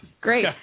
Great